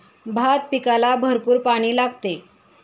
भात पिकाला भरपूर पाणी लागते